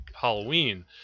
Halloween